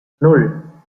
nan